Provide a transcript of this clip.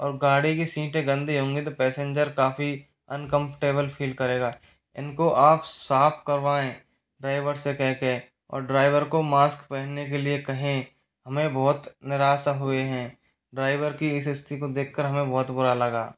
और गाड़ी की सीटें गंदी होंगी तो पैसेंजर काफ़ी अनकंफ़रटेबल फ़ील करेगा इनको आप साफ़ करवांए ड्राइवर से कहके और ड्राइवर को मास्क पहनने के लिए कहें हमें बहुत निराशा हुई हैं ड्राइवर की इस स्थिति को देखकर हमें बहुत बुरा लगा